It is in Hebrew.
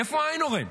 איפה איינהורן?